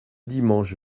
dimanche